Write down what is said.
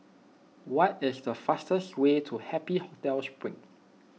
what is the fastest way to Happy Hotel Spring